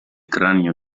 cranio